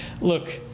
Look